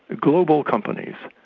ah global companies.